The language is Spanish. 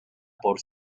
por